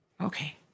Okay